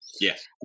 Yes